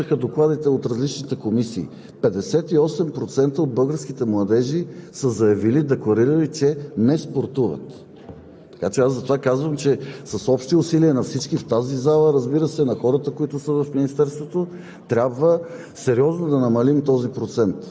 са учили. Разбира се, тук има още много данни, но тъй като напредва времето, накрая ще кажа: чухме и от докладващите, които четоха докладите от различните комисии – 58% от българските младежи са заявили, декларирали, че не спортуват.